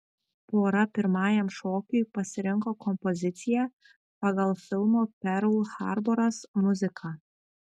pora pirmajam šokiui pasirinko kompoziciją pagal filmo perl harboras muziką